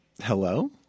hello